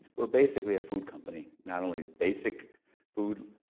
ah we're basically a food company, not only basic food,